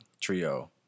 trio